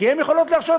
כבוד היושב-ראש,